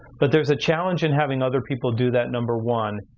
but there's a challenge in having other people do that, number one,